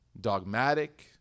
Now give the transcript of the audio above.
dogmatic